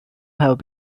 have